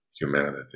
humanity